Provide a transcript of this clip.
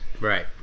Right